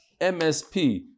MSP